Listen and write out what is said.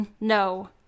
No